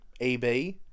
EB